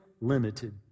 limited